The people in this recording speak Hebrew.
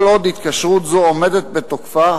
כל עוד התקשרות זו עומדת בתוקפה,